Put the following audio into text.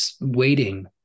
waiting